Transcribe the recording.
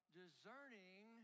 discerning